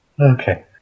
Okay